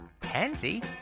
Pansy